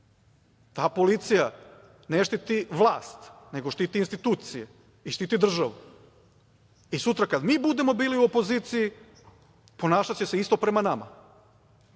Ta policija ne štiti vlast, nego štiti institucije i štiti državu i sutra kada mi budemo bili u opoziciji ponašaće se isto prema nama. Da